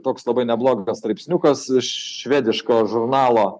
toks labai neblogas straipsniukas švediško žurnalo